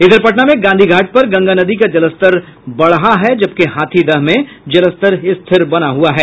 इधर पटना में गांधी घाट पर गंगा नदी का जलस्तर बढ़ा है जबकि हाथीदह में जलस्तर स्थिर बना हुआ है